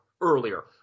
earlier